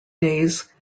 days